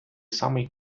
самий